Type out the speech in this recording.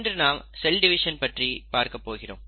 இன்று நாம் cell division பற்றி பார்க்கப் போகிறோம்